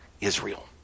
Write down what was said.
Israel